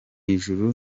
ijuru